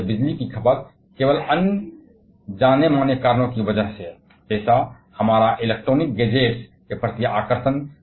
और यह बिजली की खपत केवल कई अन्य प्रसिद्ध कारणों की वजह से और भी अधिक तेज दर से बढ़ने वाली है जैसे इलेक्ट्रॉनिक गैजेट्स के प्रति हमारा आकर्षण